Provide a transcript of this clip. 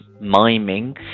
miming